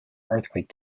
earthquake